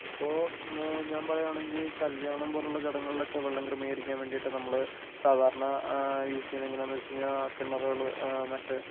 ഇപ്പോൾ ഞാൻ പറയുകയാണെങ്കിൽ കല്യാണം പോലെയുള്ള ചടങ്ങുകളിലൊക്കെ വെള്ളം ക്രമീകരിക്കാൻ വേണ്ടിയിട്ട് നമ്മൾ സാധാരണ യൂസ് ചെയ്യുന്നത് എങ്ങനെയാണെന്ന് വച്ച് കഴിഞ്ഞാൽ കിണറുകൾ മറ്റെ